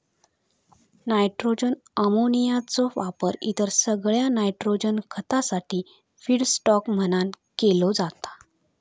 nitrogen अमोनियाचो वापर इतर सगळ्या नायट्रोजन खतासाठी फीडस्टॉक म्हणान केलो जाता